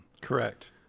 Correct